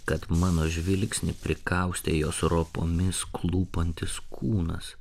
kad mano žvilgsnį prikaustė jos ropomis klūpantis kūnas